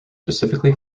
specifically